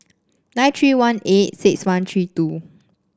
nine three one eight six one three two